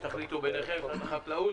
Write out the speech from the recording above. החקלאות.